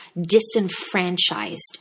disenfranchised